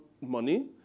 money